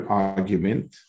argument